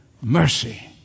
mercy